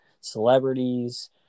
celebrities